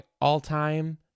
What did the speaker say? all-time